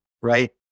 right